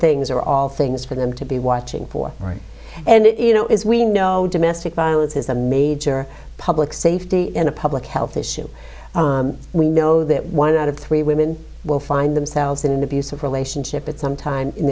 things are all things for them to be watching for right and it is we know domestic violence is a major public safety and a public health issue we know that one out of three women will find themselves in an abusive relationship at some time in